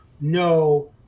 no